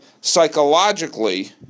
psychologically